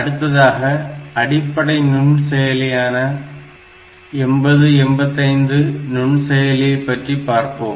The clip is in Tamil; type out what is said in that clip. அடுத்ததாக அடிப்படை நுண்செயலியான 8085 நுண்செயலி பற்றி பார்ப்போம்